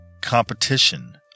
competition